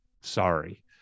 sorry